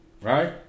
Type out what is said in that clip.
right